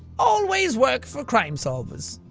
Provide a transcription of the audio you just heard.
always work for crimesolvers!